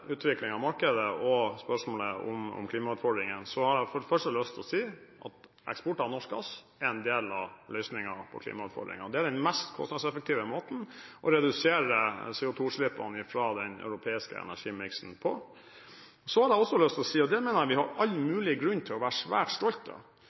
av markedet og spørsmålet om klimautfordringen, så har jeg for det første lyst til å si at eksport av norsk gass er en del av løsningen på klimautfordringen. Det er den mest kostnadseffektive måten å redusere CO2-utslippene fra den europeiske energimiksen på. Så har jeg også lyst til å si – og det mener jeg vi har all